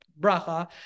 bracha